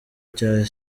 cye